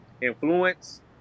influence